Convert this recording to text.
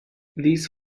these